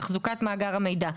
תחזוקת מאגר המידע,